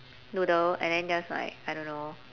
noodle and then just like I don't know